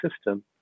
system